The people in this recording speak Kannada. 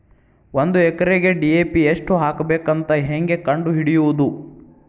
ಒಂದು ಎಕರೆಗೆ ಡಿ.ಎ.ಪಿ ಎಷ್ಟು ಹಾಕಬೇಕಂತ ಹೆಂಗೆ ಕಂಡು ಹಿಡಿಯುವುದು?